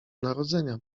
narodzenia